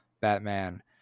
Batman